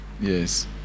yes